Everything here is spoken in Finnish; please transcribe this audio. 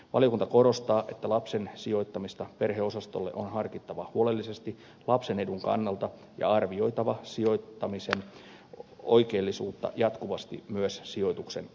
valiokunta korostaa että lapsen sijoittamista perheosastolle on harkittava huolellisesti lapsen edun kannalta ja arvioitava sijoittamisen oikeellisuutta jatkuvasti myös sijoituksen aikana